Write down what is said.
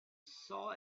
saw